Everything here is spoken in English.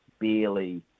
barely